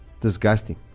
disgusting